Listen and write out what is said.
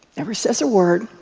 never says a word,